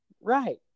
Right